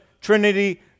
Trinity